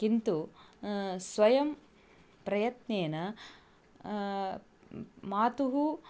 किन्तु स्वयं प्रयत्नेन मातुः